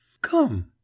Come